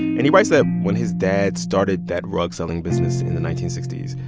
and he writes that when his dad started that rug-selling business in the nineteen sixty s,